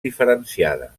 diferenciada